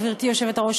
גברתי היושבת-ראש,